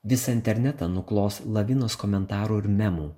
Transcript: visą internetą nuklos lavinos komentarų ir memų